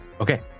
Okay